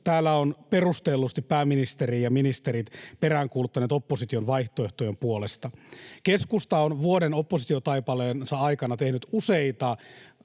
Täällä ovat perustellusti pääministeri ja ministerit peräänkuuluttaneet opposition vaihtoehtojen puolesta. Keskusta on vuoden oppositiotaipaleensa aikana tehnyt useita